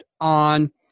on